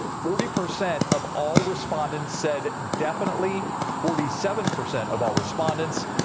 forty percent of all respondents said definitely forty seven percent of all respondents.